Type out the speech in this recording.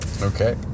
Okay